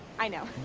i know.